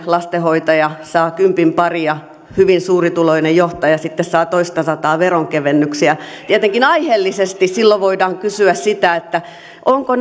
lastenhoitaja saa kympin pari ja hyvin suurituloinen johtaja sitten saa toistasataa veronkevennyksiä tietenkin aiheellisesti silloin voidaan kysyä sitä onko